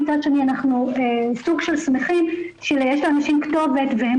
מצד שני אנחנו סוג של שמחים שיש לאנשים כתובת והם